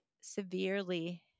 severely